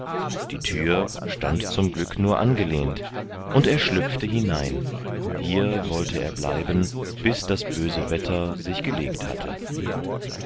die thür stand zum glück nur angelehnt und er schlüpfte hinein hier wollte er bleiben bis das böse wetter sich gelegt hatte